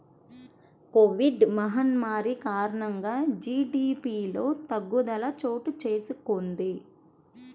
Covid మహమ్మారి కారణంగా జీడీపిలో తగ్గుదల చోటుచేసుకొంది